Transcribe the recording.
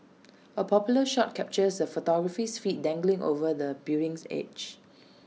A popular shot captures the photographer's feet dangling over the building's edge